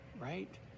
right